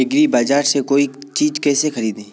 एग्रीबाजार से कोई चीज केसे खरीदें?